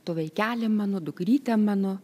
tu vaikeli mano dukrytė mano